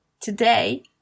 Today